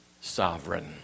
sovereign